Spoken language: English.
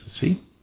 See